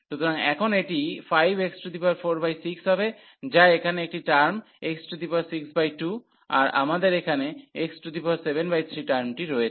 সুতরাং এখন এটি 5x46 হবে যা এখানে একটি টার্ম x62 আর আমাদের এখানে x73 টার্মটি রয়েছে